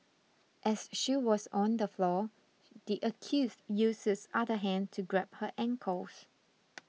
as she was on the floor the accused used his other hand to grab her ankles